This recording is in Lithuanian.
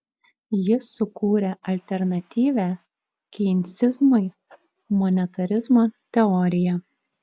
jis sukūrė alternatyvią keinsizmui monetarizmo teoriją